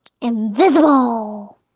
invisible